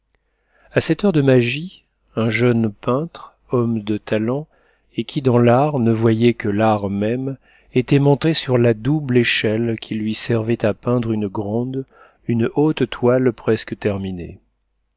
a cette heure de magie un jeune peintre homme de talent et qui dans l'art ne voyait que l'art même était monté sur la double échelle qui lui servait à peindre une grande une haute toile presque terminée